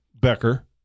Becker